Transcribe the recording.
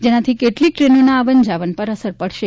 જેનાથી કેટલીક ટ્રેનોના આવન જાવન પર અસર પડશે